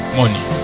money